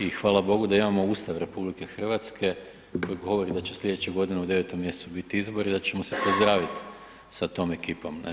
I hvala Bogu da imamo Ustav RH koji govori da će sljedeće godine u 9. mjesecu biti izbori i da ćemo se pozdraviti sa tom ekipom, ne.